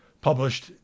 published